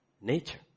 Nature